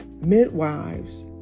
midwives